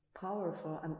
powerful